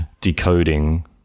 decoding